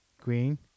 Green